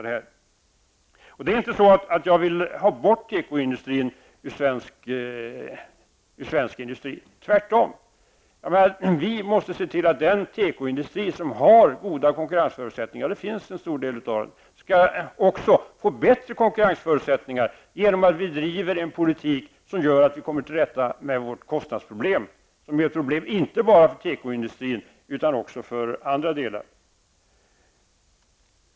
Det är inte så att jag vill ha bort tekoindustrin ur svensk industri, tvärtom vi måste se till att den tekoindustri som har goda konkurrensförutsättningar, och det finns en hel del sådan, också skall få bättre konkurrensförutsättningar genom att vi driver en politik som gör att vi kommer till rätta med våra kostnadsproblem. Detta är inte ett problem bara för tekoindustrin utan också för andra delar av industrin.